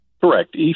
Correct